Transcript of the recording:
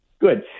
Good